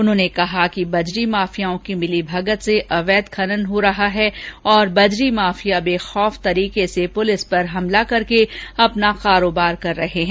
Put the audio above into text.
उन्होंने कहा कि बजरी माफियाओं की मिलीभगत से अवैध खनन हो रहा है और बजरी माफिया बेखौफ तरीके से पुलिस पर हमला करके अपना कारोबार कर रहे है